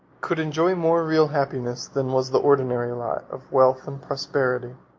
could enjoy more real happiness than was the ordinary lot of wealth and prosperity.